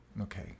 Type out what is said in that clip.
Okay